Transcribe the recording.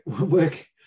work